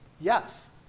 yes